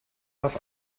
darf